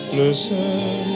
listen